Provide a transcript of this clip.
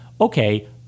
Okay